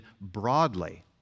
broadly